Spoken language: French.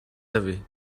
avez